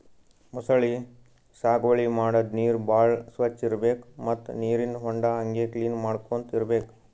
ಮೊಸಳಿ ಸಾಗುವಳಿ ಮಾಡದ್ದ್ ನೀರ್ ಭಾಳ್ ಸ್ವಚ್ಚ್ ಇರ್ಬೆಕ್ ಮತ್ತ್ ನೀರಿನ್ ಹೊಂಡಾ ಹಂಗೆ ಕ್ಲೀನ್ ಮಾಡ್ಕೊತ್ ಇರ್ಬೆಕ್